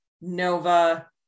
Nova